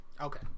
Okay